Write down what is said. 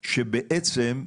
שבעצם,